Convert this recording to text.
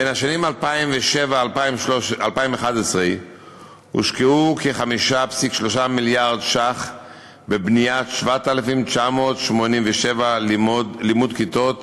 בשנים 2007 2011 הושקעו כ-5.3 מיליארד ש"ח בבניית 7,987 כיתות